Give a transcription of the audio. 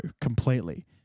completely